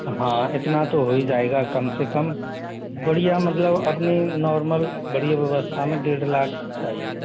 हाँ इतना तो हो ही जाएगा कम से कम बढ़िया मतलब अपनी नॉर्मल बड़ी व्यवस्था में डेढ़ लाख चाहिए